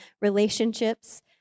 relationships